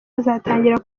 azatangira